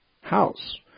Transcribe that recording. house